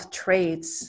traits